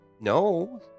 no